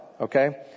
Okay